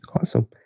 Awesome